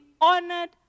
honored